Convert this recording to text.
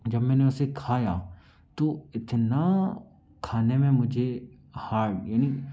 जब मैंने उसे खाया तो इतना खाने में मुझे हार्ड यानि